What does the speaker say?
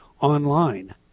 online